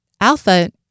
alpha